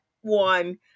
one